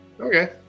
Okay